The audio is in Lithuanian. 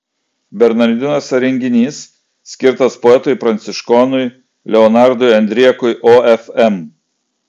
bernardinuose renginys skirtas poetui pranciškonui leonardui andriekui ofm